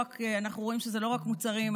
אנחנו רואים שזה לא רק מוצרים,